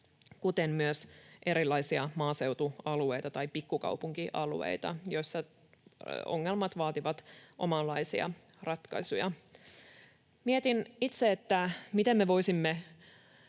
kuten on myös erilaisia maaseutualueita tai pikkukaupunkialueita, joissa ongelmat vaativat omanlaisia ratkaisuja. Mietin itse, miten me voisimme